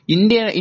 India